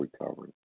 recovery